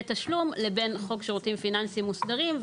תשלום לבין חוק שירותים פיננסים מוסדרים,